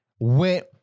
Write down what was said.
went